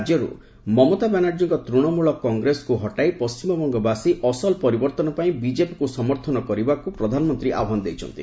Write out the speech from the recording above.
ରାଜ୍ୟରୁ ମମତା ବାନାର୍ଜୀଙ୍କ ତୃଶମ୍ବଳ କଂଗ୍ରେସକୁ ହଟାଇ ପଶ୍ଚିମବଙ୍ଗବାସୀ ଅସଲ ପରିବର୍ତ୍ତନ ପାଇଁ ବିଜେପିକୁ ସମର୍ଥନ କରିବାକୁ ପ୍ରଧାନମନ୍ତ୍ରୀ ଆହ୍ୱାନ ଦେଇଛନ୍ତି